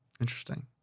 Interesting